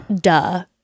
duh